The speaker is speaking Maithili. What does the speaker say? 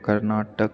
कर्नाटक